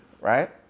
right